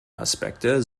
aspekte